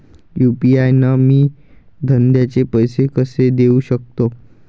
UPI न मी धंद्याचे पैसे कसे देऊ सकतो?